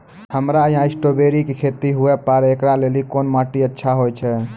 हमरा यहाँ स्ट्राबेरी के खेती हुए पारे, इकरा लेली कोन माटी अच्छा होय छै?